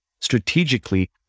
strategically